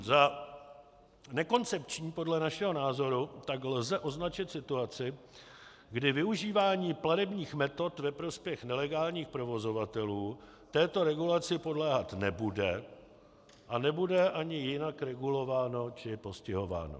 Za nekoncepční podle našeho názoru tak lze označit situaci, kdy využívání platebních metod ve prospěch nelegálních provozovatelů této regulaci podléhat nebude a nebude ani jinak regulováno či postihováno.